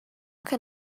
can